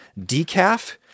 decaf